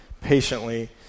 patiently